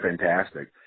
fantastic